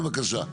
בבקשה.